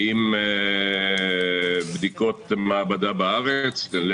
האם בדיקות במעבדה בארץ?